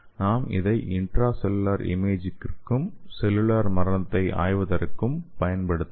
நாம் இதை இன்ட்ராசெல்லுலார் இமேஜிங்கிற்கும் செல்லுலார் மரணத்தை ஆய்வதற்கும் பயன்படுத்தலாம்